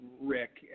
Rick